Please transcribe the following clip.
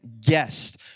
guest